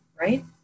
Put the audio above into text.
right